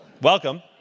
Welcome